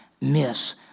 miss